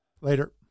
Later